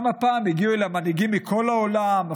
גם הפעם הגיעו אליה מנהיגים מכל העולם,